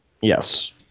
Yes